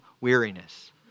weariness